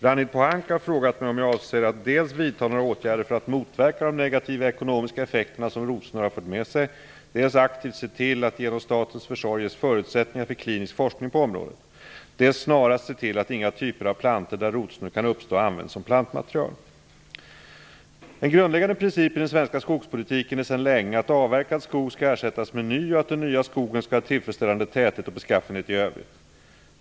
Ragnhild Pohanka har frågat mig om jag avser att dels vidta några åtgärder för att motverka de negativa ekonomiska effekter som rotsnurr har fört med sig, dels aktivt se till att det genom statens försorg ges förutsättningar för klinisk forskning på området, dels snarast se till att inga typer av plantor där rotsnurr kan uppstå används som plantmaterial. En grundläggande princip i den svenska skogspolitiken är sedan länge att avverkad skog skall ersättas med ny och att den nya skogen skall ha tillfredsställande täthet och beskaffenhet i övrigt.